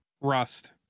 Rust